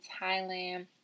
Thailand